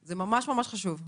זה ממש ממש חשוב.